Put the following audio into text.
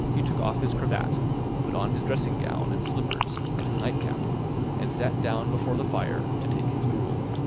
he took off his cravat put on his dressing-gown and slippers, and his nightcap and sat down before the fire to take his gruel.